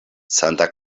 santa